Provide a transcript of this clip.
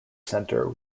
centre